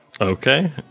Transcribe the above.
Okay